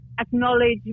acknowledge